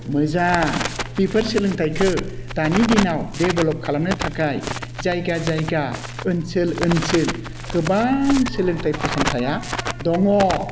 मोजां बेफोर सोलोंथाइखो दानि दिनाव डेभ्लप खालामनो थाखाय जायगा जायगा ओनसोल ओनसोल गोबां सोलोंथाइ फसंथाइया दङ